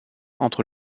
entre